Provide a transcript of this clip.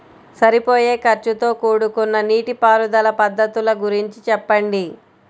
సరిపోయే ఖర్చుతో కూడుకున్న నీటిపారుదల పద్ధతుల గురించి చెప్పండి?